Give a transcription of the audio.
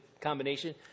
combination